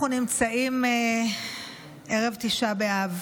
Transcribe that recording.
אנחנו נמצאים ערב תשעה באב,